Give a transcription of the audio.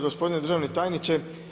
Gospodine državni tajniče.